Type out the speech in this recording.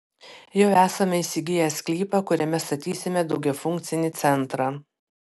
jau esame įsigiję sklypą kuriame statysime daugiafunkcį centrą